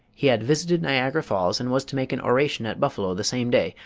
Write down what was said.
he had visited niagara falls and was to make an oration at buffalo the same day,